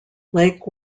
lake